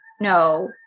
no